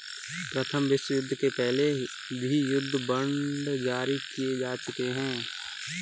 प्रथम विश्वयुद्ध के पहले भी युद्ध बांड जारी किए जा चुके हैं